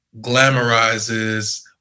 glamorizes